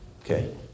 Okay